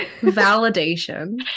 Validation